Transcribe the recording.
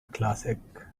classic